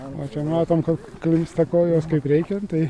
o čia matom kad klimpsta kojos kaip reikiant tai